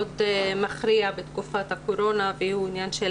מאוד מכריע בתקופת הקורונה והוא העניין של